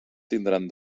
tindran